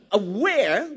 aware